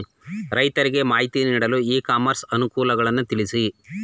ರೈತರಿಗೆ ಮಾಹಿತಿ ನೀಡಲು ಇ ಕಾಮರ್ಸ್ ಅನುಕೂಲಗಳನ್ನು ತಿಳಿಸಿ?